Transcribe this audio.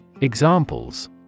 Examples